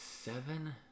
Seven